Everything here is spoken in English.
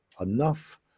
enough